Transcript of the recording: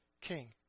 King